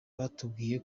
batubwiye